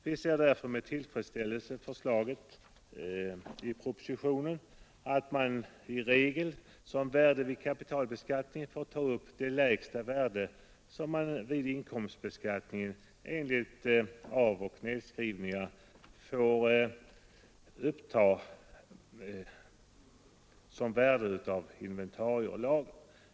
Vi ser därför med tillfredsställelse förslaget i propositionen att man som värde å inventarier och lager vid kapitalbeskattningen får ta upp det lägsta värde som enligt gällande regler vid inkomstbeskattningen får utnyttjas vid avoch nedskrivningar.